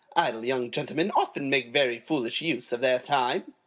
idle young gentlemen often make very foolish use of their time.